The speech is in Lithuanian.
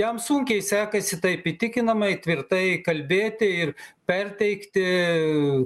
jam sunkiai sekasi taip įtikinamai tvirtai kalbėti ir perteikti